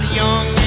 young